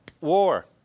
war